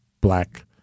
black